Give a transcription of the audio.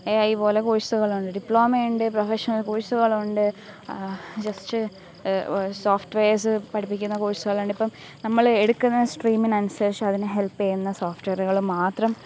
A I പോലെ കോഴ്സുകൾ ഉണ്ട് ഡിപ്ലോമയുണ്ട് പ്രൊഫഷണൽ കോഴ്സുകൾ ഉണ്ട് ജസ്റ്റ് സോഫ്ട്വെയർസ് പഠിപ്പിക്കുന്ന കോഴ്സുകൾ ഉണ്ട് ഇപ്പോള് നമ്മള് എടുക്കുന്ന സ്ട്രീമിന് അനുസരിച്ച് അതിന് ഹെൽപെയ്യുന്ന സോഫ്റ്റ്വെയറുകള് മാത്രം